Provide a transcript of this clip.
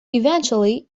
eventually